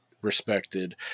respected